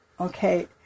Okay